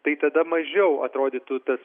tai tada mažiau atrodytų tas